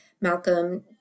Malcolm